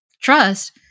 Trust